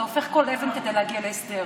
אתה הופך כל אבן כדי להגיע להסדר,